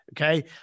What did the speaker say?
Okay